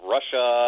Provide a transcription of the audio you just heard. Russia